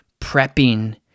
prepping